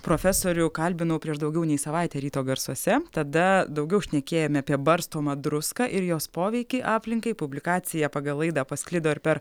profesorių kalbinau prieš daugiau nei savaitę ryto garsuose tada daugiau šnekėjome apie barstomą druską ir jos poveikį aplinkai publikacija pagal laidą pasklido ir per